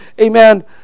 amen